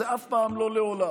זה אף פעם לא לעולם,